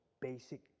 basic